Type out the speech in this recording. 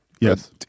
Yes